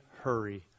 hurry